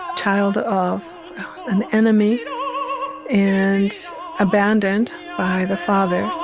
ah child of an enemy and abandoned by the father